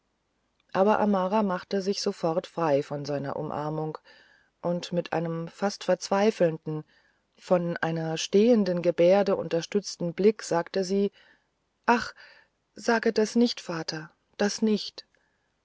aber amara machte sich sofort frei von seiner umarmung und mit einem fast verzweifelnden von einer stehenden gebärde unterstützten blick sagte sie ach sage das nicht vater das nicht